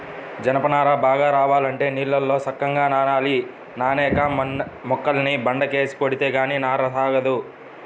జనప నార బాగా రావాలంటే నీళ్ళల్లో సక్కంగా నానాలి, నానేక మొక్కల్ని బండకేసి కొడితే గానీ నార సాగదు